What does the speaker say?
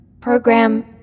Program